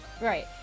right